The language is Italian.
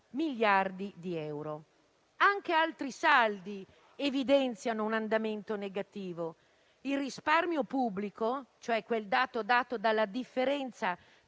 miliardi di euro. Anche altri saldi evidenziano un andamento negativo. Il risparmio pubblico, e cioè quello dato dalla differenza